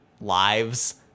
lives